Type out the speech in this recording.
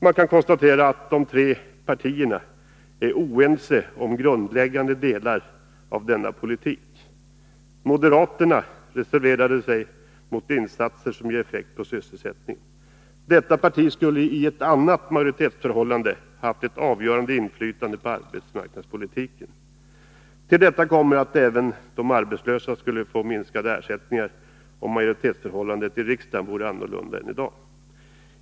Man kan konstatera att de tre partierna är oense om grundläggande delar av denna politik. Moderaterna reserverade sig mot insatser som skulle ge effekt på sysselsättningen. Detta parti skulle i ett annat majoritetsförhållande ha haft ett avgörande inflytande på arbetsmarknadspolitiken. Till detta kommer att de arbetslösa skulle få minskade ersättningar om majoritetsförhållandet i riksdagen vore annorlunda.